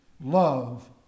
Love